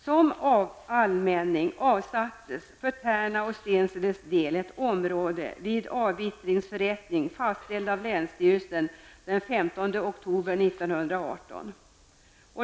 Som allmänning avsattes för 15 oktober 1918.